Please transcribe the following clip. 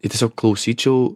ir tiesiog klausyčiau